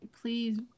please